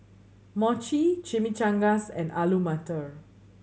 Mochi Chimichangas and Alu Matar